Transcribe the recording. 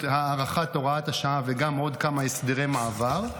הארכת הוראת השעה וגם עוד כמה הסדרי מעבר.